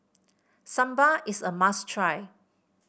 sambar is a must try